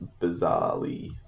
bizarrely